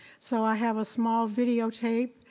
so i have a small videotape.